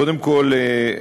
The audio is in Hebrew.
קודם כול,